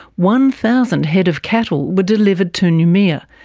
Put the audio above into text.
one thousand head of cattle were delivered to noumea,